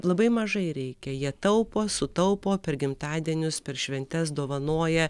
labai mažai reikia jie taupo sutaupo per gimtadienius per šventes dovanoja